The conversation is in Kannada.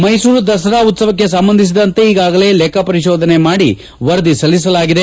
ಮ್ಸೆಸೂರು ದಸರಾ ಉತ್ತವಕ್ಕೆ ಸಂಬಂಧಿಸಿದಂತೆ ಈಗಾಗಲೇ ಲೆಕ್ಕ ಪರಿಶೋಧನೆ ಮಾಡಿ ವರದಿ ಸಲ್ಲಿಸಲಾಗಿದೆ